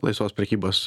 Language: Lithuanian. laisvos prekybos